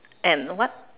and what